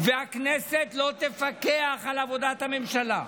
והכנסת לא תפקח על עבודת הממשלה.